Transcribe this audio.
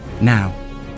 Now